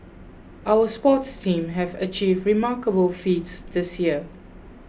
our sports teams have achieved remarkable feats this year